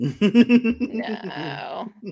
No